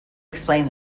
explain